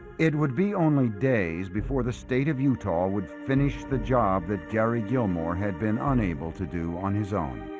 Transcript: it would be only days before the state of utah would finish the job that gary gilmore had been unable to do on his own